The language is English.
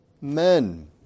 men